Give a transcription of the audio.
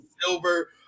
silver